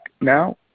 now